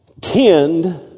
tend